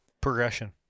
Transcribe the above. Progression